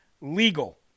legal